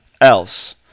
else